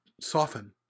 soften